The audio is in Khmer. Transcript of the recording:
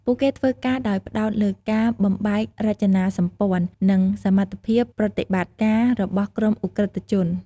ពួកគេធ្វើការដោយផ្តោតលើការបំបែករចនាសម្ព័ន្ធ និងសមត្ថភាពប្រតិបត្តិការរបស់ក្រុមឧក្រិដ្ឋជន។